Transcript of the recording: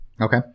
Okay